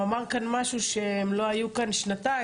הוא אמר כאן משהו שהם לא היו כאן שנתיים,